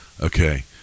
okay